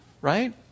right